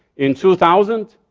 in two thousand,